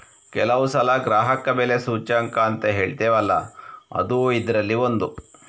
ಕೆಲವು ಸಲ ಗ್ರಾಹಕ ಬೆಲೆ ಸೂಚ್ಯಂಕ ಅಂತ ಹೇಳ್ತೇವಲ್ಲ ಅದೂ ಇದ್ರಲ್ಲಿ ಒಂದು